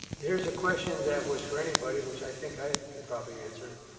there is a question that was for anybody, which i think i can probably answer.